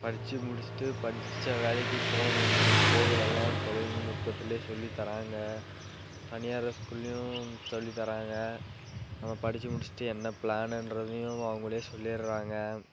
படித்து முடித்துட்டு படித்த வேலைக்கு போகணுன் போகிறதெல்லாம் தொழில்நுட்பத்திலயே சொல்லி தராங்க தனியார் ஸ்கூல்லேயும் சொல்லி தராங்க நம்ம படித்து முடித்துட்டு என்ன பிளானுன்றதையும் அவங்களே சொல்லிடறாங்க